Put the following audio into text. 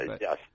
yes